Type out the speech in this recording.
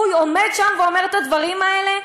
הוא עומד שם ואומר את הדברים האלה,